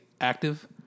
active